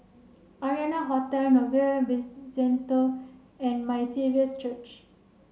Arianna Hotel Novelty Bizcentre and My Saviour's Church